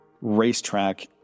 racetrack